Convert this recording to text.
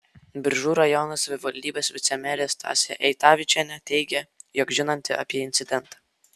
biržų rajono savivaldybės vicemerė stasė eitavičienė teigė jog žinanti apie incidentą